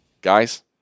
Guys